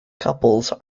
couples